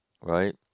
right